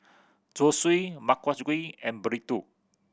Zosui gui and Burrito